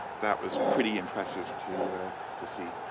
that was pretty impressive to you know and to see.